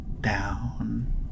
Down